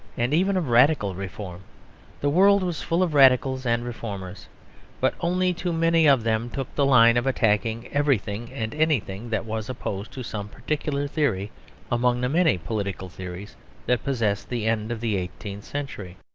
and even of radical reform the world was full of radicals and reformers but only too many of them took the line of attacking everything and anything that was opposed to some particular theory among the many political theories that possessed the end of the eighteenth century.